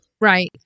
Right